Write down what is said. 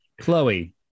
Chloe